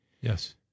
Yes